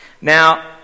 Now